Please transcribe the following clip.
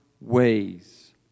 ways